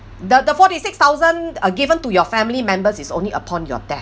the the forty six thousand uh given to your family members is only upon your death